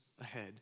ahead